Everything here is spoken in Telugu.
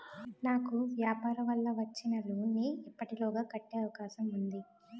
నాకు వ్యాపార వల్ల వచ్చిన లోన్ నీ ఎప్పటిలోగా కట్టే అవకాశం ఉంది?